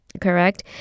Correct